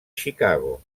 chicago